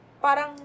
parang